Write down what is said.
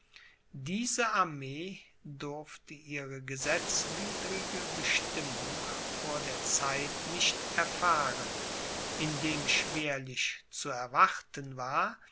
diese armee durfte ihre gesetzwidrige bestimmung vor der zeit nicht erfahren indem schwerlich zu erwarten war